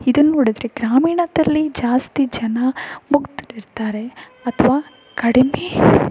ಇದನ್ನ ನೋಡಿದ್ರೆ ಗ್ರಾಮೀಣದಲ್ಲಿ ಜಾಸ್ತಿ ಜನ ಮುಗ್ದರಿರ್ತಾರೆ ಅಥವಾ ಕಡಿಮೆ